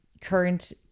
Current